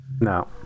No